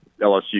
LSU